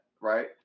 right